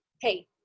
hey